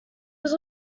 was